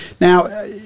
now